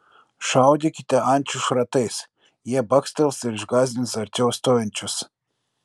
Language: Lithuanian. šaudykite ančių šratais jie bakstels ir išgąsdins arčiau stovinčius